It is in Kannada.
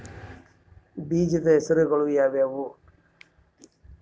ಬೇಜದ ಹೆಸರುಗಳು ಯಾವ್ಯಾವು?